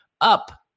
up